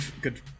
Good